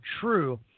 true